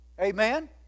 Amen